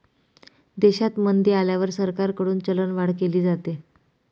देशात मंदी आल्यावर सरकारकडून चलनवाढ केली जाते